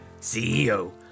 CEO